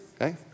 okay